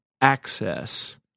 access